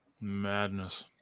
Madness